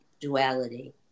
duality